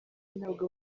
ntabwo